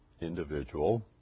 individual